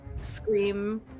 scream